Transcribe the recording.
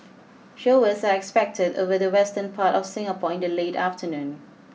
showers are expected over the western part of Singapore in the late afternoon